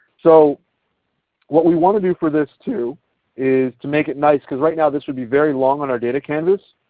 so what we want to do for this too is to make it nice because right now this would be very long on our data canvas.